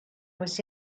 was